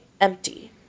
Empty